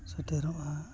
ᱥᱮᱴᱮᱨᱚᱜᱼᱟ